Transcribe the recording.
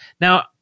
Now